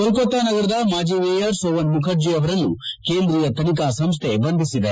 ಕೊಲ್ಕೊತಾ ನಗರದ ಮಾಜಿ ಮೇಯರ್ ಸೋವನ್ ಮುಖರ್ಜಿ ಅವರನ್ನೂ ಕೇಂದ್ರಿಯಾ ತನಿಖಾ ಸಂಸ್ಥೆ ಬಂಧಿಸಿದೆ